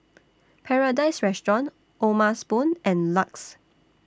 Paradise Restaurant O'ma Spoon and LUX